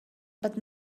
but